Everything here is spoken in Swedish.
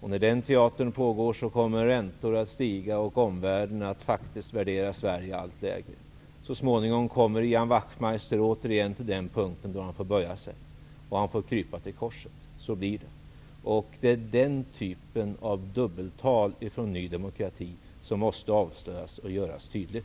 Medan den teatern pågår kommer räntor att stiga, och omvärlden kommer faktiskt att värdera Sverige allt lägre. Så småningom kommer Ian Wachtmeister återigen till den punkt då han får böja sig. Han får krypa till korset. Så blir det. Det är den typen av dubbelspel från Ny demokratis sida som måste avslöjas och göras tydlig.